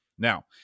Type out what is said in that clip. Now